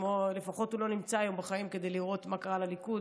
לפחות הוא לא נמצא היום בחיים כדי לראות מה קרה לליכוד,